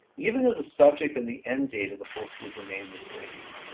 even though the subject and the end date of the book would remain the same,